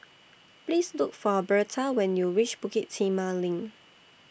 Please Look For Birtha when YOU REACH Bukit Timah LINK